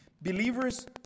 Believers